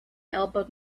elbowed